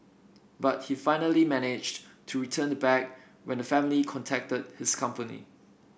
but he finally managed to return the bag when the family contacted his company